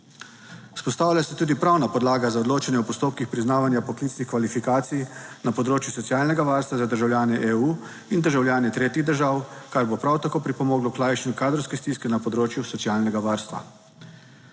Vzpostavlja se tudi pravna podlaga za odločanje o postopkih priznavanja poklicnih kvalifikacij na področju socialnega varstva za državljane EU in državljane tretjih držav, kar bo prav tako pripomoglo k lajšanju kadrovske stiske na področju socialnega varstva.